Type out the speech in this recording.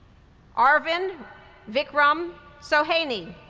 arvind vikram sohoni,